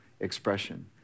expression